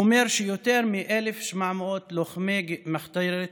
אומר שיותר מ-1,700 לוחמי מחתרת,